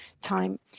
time